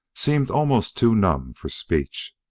seemed almost too numb for speech.